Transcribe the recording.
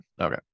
Okay